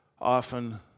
often